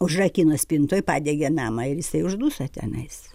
užrakino spintoj padegė namą ir jisai užduso tenais